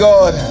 God